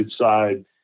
side